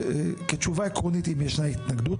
כתשובה עקרונית אם ישנה התנגדות.